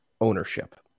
ownership